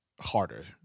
harder